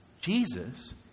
Jesus